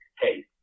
hey